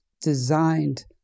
designed